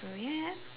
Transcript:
so yeah